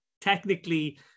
technically